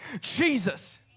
Jesus